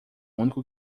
único